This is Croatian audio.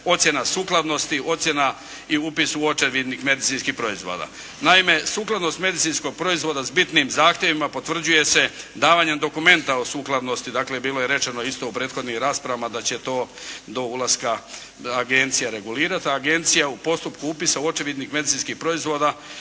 ocjena sukladnosti, ocjena i upis u očevidnik medicinskih proizvoda. Naime, sukladno s medicinskog proizvoda sa bitnim zahtjevima potvrđuje se davanjem dokumenta o sukladnosti, dakle, bilo je rečeno isto u prethodnim raspravama da će to do ulaska agencija regulirati. A agencija u postupku upisa u očevidnik medicinskih proizvoda